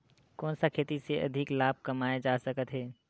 कोन सा खेती से अधिक लाभ कमाय जा सकत हे?